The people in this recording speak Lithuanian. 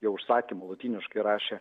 jo užsakymu lotyniškai rašė